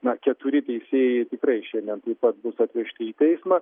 na keturi teisėjai tikrai šiandien taip pat bus atvežti į teismą